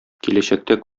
киләчәктә